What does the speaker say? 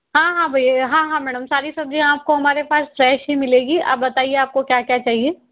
हाँ हाँ भैया हाँ हाँ मैडम सारी सब्जियाँ आपको हमारे पास फ्रेश ही मिलेगी आप बताइये आपको क्या क्या चाहिए